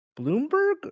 bloomberg